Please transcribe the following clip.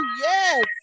Yes